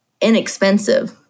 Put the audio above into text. inexpensive